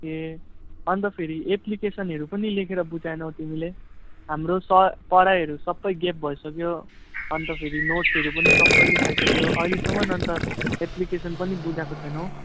ए अन्त फेरि एप्लिकेसनहरू पनि लेखेर बुझएनौ तिमीले हाम्रो स पढाइहरू सबै ग्याप भइसक्यो अन्त फेरि नोट्सहरू पनि सबै लेखाइसक्यो अहिलेसम्म अन्त एप्लिकेसन पनि बुझाएको छैनौ